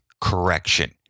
correction